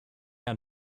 ein